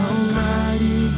Almighty